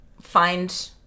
find